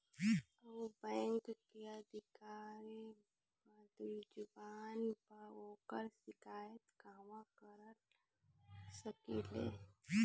उ बैंक के अधिकारी बद्जुबान बा ओकर शिकायत कहवाँ कर सकी ले